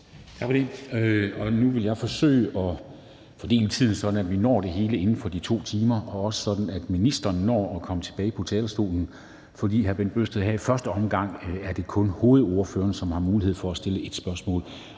Nu vil jeg forsøge at fordele tiden, sådan at vi når det hele inden for de 2 timer, og også sådan at ministeren når at komme tilbage på talerstolen. Her i første omgang er det kun hovedordførerne, som har mulighed for at stille et spørgsmål,